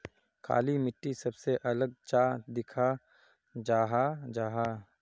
काली मिट्टी सबसे अलग चाँ दिखा जाहा जाहा?